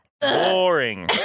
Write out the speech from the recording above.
boring